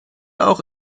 auch